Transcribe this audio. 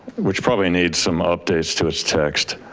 which probably needs some updates to its text.